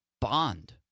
bond